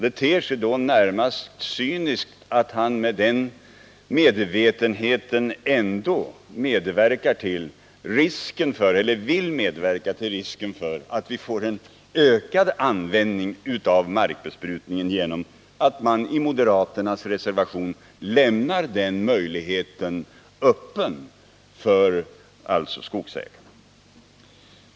Det ter sig då närmast cyniskt att han med den medvetenheten vill medverka till risken att vi får en ökad användning av markbesprutning genom att man i moderaternas reservation lämnar den möjligheten öppen för skogsägarna.